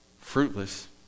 Fruitless